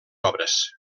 obres